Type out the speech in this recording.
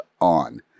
on